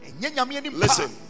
listen